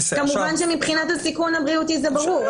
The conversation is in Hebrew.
כמובן שמבחינת הסיכון הבריאותי זה ברור.